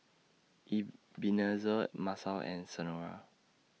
Ebenezer Masao and Senora